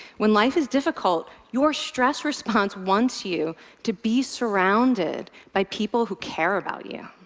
when life is difficult, your stress response wants you to be surrounded by people who care about you.